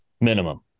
Minimum